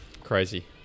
crazy